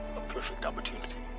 a perfect opportunity